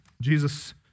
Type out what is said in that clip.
Jesus